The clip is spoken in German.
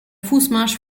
fußmarsch